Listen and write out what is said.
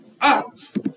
act